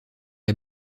est